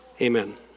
Amen